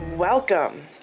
Welcome